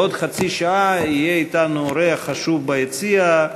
בעוד חצי שעה יהיה אתנו אורח חשוב ביציע,